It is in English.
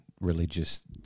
Religious